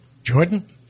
Jordan